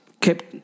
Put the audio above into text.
Kept